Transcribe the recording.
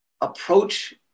approach